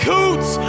Coots